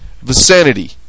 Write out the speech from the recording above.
vicinity